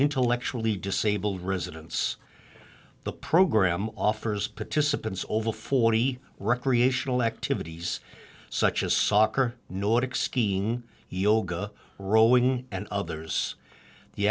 intellectually disabled residents the program offers participants over forty recreational activities such as soccer nordic skiing yoga rowing and others the